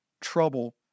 trouble